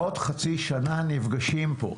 בעוד חצי שנה נפגשים פה.